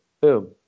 boom